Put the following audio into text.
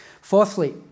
Fourthly